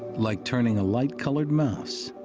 like turning a light-colored mouse